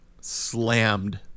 slammed